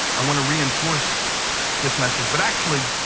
i want to reinforce this message, but actually,